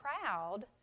proud